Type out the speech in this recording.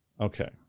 Okay